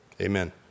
amen